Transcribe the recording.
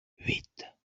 huit